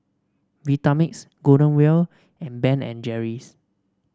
Vitamix Golden Wheel and Ben and Jerry's